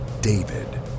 david